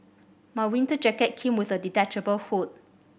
my winter jacket came with a detachable hood